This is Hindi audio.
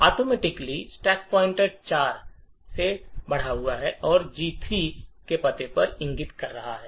एटोमिक रूप से स्टैक पॉइंटर 4 से बढ़ा हुआ है और जी 3 के पते पर इंगित करता है